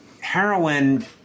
heroin